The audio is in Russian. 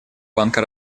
банка